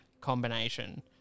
combination